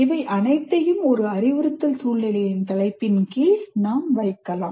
இவை அனைத்தையும் ஒரு அறிவுறுத்தல் சூழ்நிலையின் தலைப்பின் கீழ் வைக்கலாம்